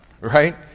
right